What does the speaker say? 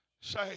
say